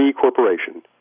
corporation